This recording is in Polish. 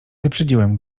wyprzedziłem